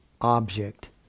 object